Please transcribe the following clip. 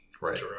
Right